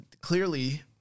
Clearly